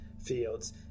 fields